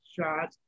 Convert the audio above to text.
shot